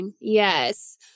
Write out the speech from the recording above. yes